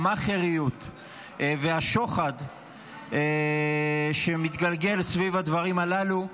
המאכעריות והשוחד שמתגלגלים סביב הדברים הללו.